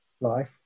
life